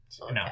no